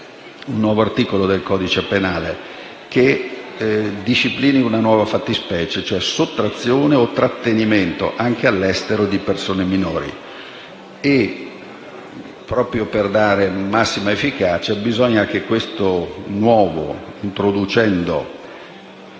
un nuovo articolo del codice penale che disciplini una nuova fattispecie: sottrazione o trattenimento anche all'estero di persone minori. E, proprio per dare massima efficacia, bisogna che questo introducendo